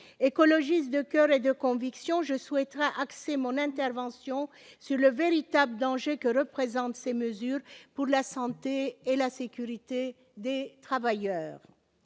Écologiste de coeur et de conviction, je tiens à souligner le véritable danger que représentent ces mesures pour la santé et la sécurité des travailleurs.